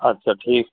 अच्छा ठीक